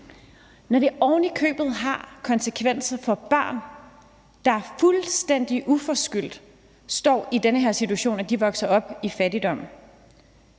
Det har ovenikøbet konsekvenser for børn, der fuldstændig uforskyldt står i den situation, at de vokser op i fattigdom.